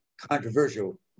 controversial